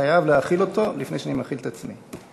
חייב להאכיל אותו לפני שאני מאכיל את עצמי.